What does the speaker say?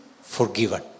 forgiven